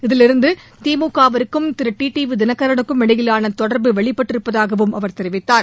இதில் இருந்து திமுகவுக்கும் திரு டிடிவி தினகரனுக்கும் இடையிலான தொடர்பு வெளிப்பட்டிருப்பதாகவும் அவர் தெரிவித்தார்